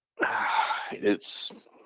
it's-